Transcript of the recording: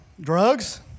drugs